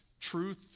truth